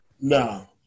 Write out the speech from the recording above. No